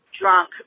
drunk